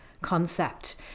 concept